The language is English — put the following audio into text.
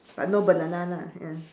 but no banana lah ya